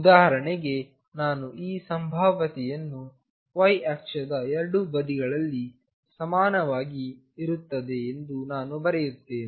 ಉದಾಹರಣೆಗೆ ನಾನು ಈ ಸಂಭಾವ್ಯತೆಯನ್ನು y ಅಕ್ಷದ ಎರಡು ಬದಿಗಳಲ್ಲಿ ಸಮಾನವಾಗಿ ಇರುತ್ತದೆ ಎಂದು ನಾನು ಬರೆಯುತ್ತೇನೆ